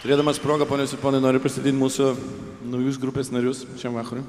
turėdamas progą ponios ir ponai noriu pristatyt mūsų naujus grupės narius šiam vakarui